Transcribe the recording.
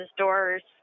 doors